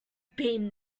been